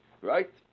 right